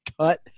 cut